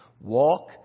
Walk